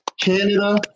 Canada